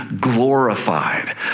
glorified